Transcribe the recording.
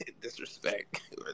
Disrespect